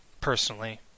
personally